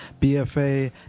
BFA